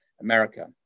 America